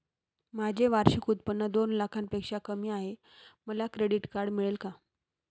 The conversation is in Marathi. माझे वार्षिक उत्त्पन्न दोन लाखांपेक्षा कमी आहे, मला क्रेडिट कार्ड मिळेल का?